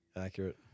accurate